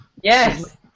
Yes